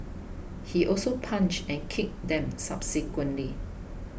he also punched and kicked them subsequently